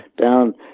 down